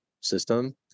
System